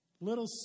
little